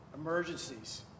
emergencies